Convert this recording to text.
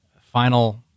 final